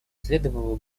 следовало